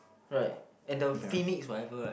right and the phoenix whatever [right]